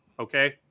Okay